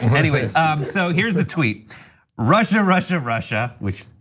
and anyway um so here's the tweet russia, russia, russia which.